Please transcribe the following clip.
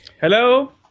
Hello